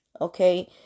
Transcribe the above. Okay